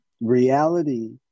reality